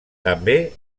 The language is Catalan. també